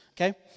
Okay